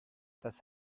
das